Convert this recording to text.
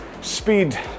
speed